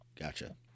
Gotcha